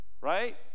right